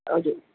આવજો